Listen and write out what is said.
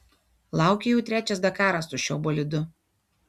laukia jau trečias dakaras su šiuo bolidu